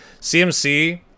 cmc